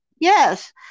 yes